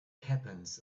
happens